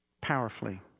powerfully